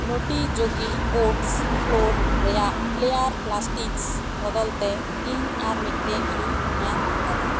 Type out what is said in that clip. ᱱᱚᱴᱤ ᱡᱚᱜᱤ ᱳᱴᱥ ᱯᱷᱚᱨ ᱨᱮᱭᱟᱜ ᱯᱷᱞᱮᱭᱟᱨ ᱯᱞᱟᱥᱴᱤᱠᱥ ᱵᱚᱫᱚᱞ ᱛᱮ ᱤᱧ ᱟᱨ ᱢᱤᱫᱴᱮᱱ ᱤᱧ ᱧᱟᱢ ᱟᱠᱟᱫᱟ